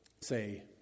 say